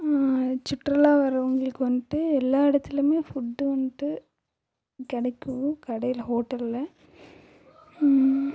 சுற்றுலா வரவங்களுக்கு வந்துட்டு எல்லா இடத்துலியுமே ஃபுட்டு வந்துட்டு கிடைக்கும் கடையில் ஹோட்டலில்